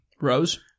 Rose